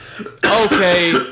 okay